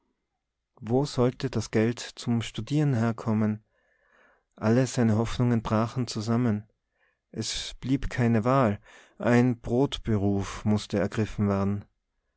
wo sollte das geld zum studieren herkommen alle seine hoffnungen brachen zusammen es blieb keine wahl ein brotberuf mußte ergriffen werden